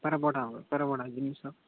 ବେପାର ବଢ଼ାଅ ବେପାର ବଢ଼ାଅ ଜିନିଷ